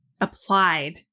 applied